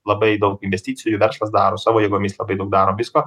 labai daug investicijų verslas daro savo jėgomis labai daug daro visko